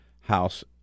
House